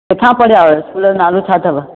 किथां पढ़िया आहियो स्कूल जो नालो छा अथव